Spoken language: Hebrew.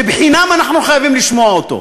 שבחינם אנחנו חייבים לשמוע אותו.